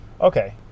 Okay